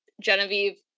Genevieve